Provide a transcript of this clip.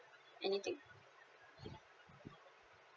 anything